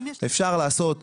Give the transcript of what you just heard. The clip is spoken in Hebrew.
אפשר לעשות מנגנון,